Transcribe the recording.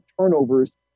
turnovers